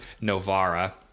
Novara